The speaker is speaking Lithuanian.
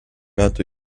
metų